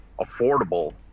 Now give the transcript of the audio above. affordable